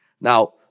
Now